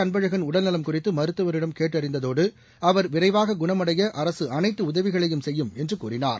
அன்பழகன் உடல்நலம் குறித்து மருத்துவரிடம் கேட்டறிந்ததோடு அவர் விரைவாக குணமடைய அரசு அனைத்து உதவிகளையும் செய்யும் என்று கூறினார்